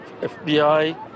FBI